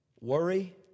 Worry